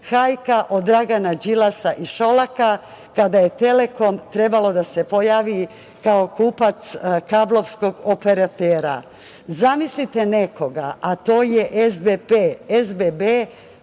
hajka od Dragana Đilasa i Šolaka, kada je Telekom trebalo da se pojavi kao kupac kablovskog operatera. Zamislite nekoga, a to je SBB,